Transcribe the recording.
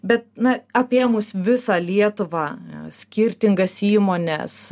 bet na apėmus visą lietuvą skirtingas įmones